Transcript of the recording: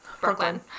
Brooklyn